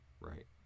Right